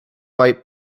white